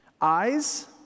Eyes